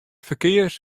ferkear